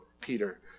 peter